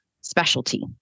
specialty